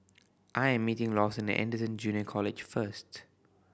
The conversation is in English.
I am meeting Lawson at Anderson Junior College first